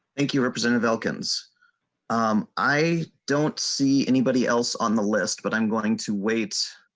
thank you representative elkins um i don't see anybody else on the list but i'm going to weights.